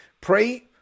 Pray